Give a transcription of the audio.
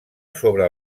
sobre